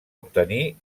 obtenir